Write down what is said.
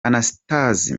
anastase